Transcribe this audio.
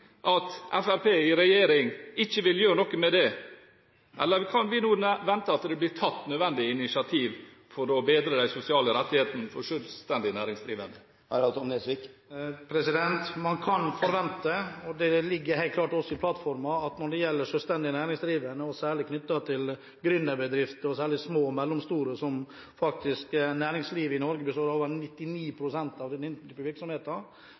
at Fremskrittspartiet i regjering ikke vil gjøre noe med det, eller kan vi nå vente at det blir tatt nødvendige initiativ for å bedre de sosiale rettighetene for selvstendig næringsdrivende? Man kan forvente og det ligger også helt klart i plattformen at når det gjelder selvstendig næringsdrivende, særlig gründerbedrifter og små og mellomstore bedrifter, som faktisk utgjør over 99 pst. av næringslivet i Norge, har også de et behov for et sikkerhetsnett. I den